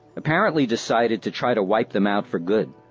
apparently decided to try to wipe them out for good.